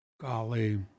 golly